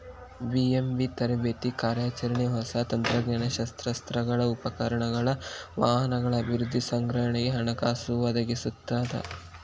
BMB ತರಬೇತಿ ಕಾರ್ಯಾಚರಣೆ ಹೊಸ ತಂತ್ರಜ್ಞಾನ ಶಸ್ತ್ರಾಸ್ತ್ರಗಳ ಉಪಕರಣಗಳ ವಾಹನಗಳ ಅಭಿವೃದ್ಧಿ ಸಂಗ್ರಹಣೆಗೆ ಹಣಕಾಸು ಒದಗಿಸ್ತದ